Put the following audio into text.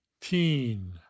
teen